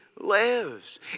lives